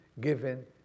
given